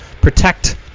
protect